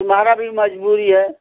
तुम्हारा भी मजबूरी है